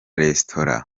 resitora